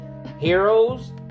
Heroes